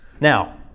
Now